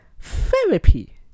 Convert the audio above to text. therapy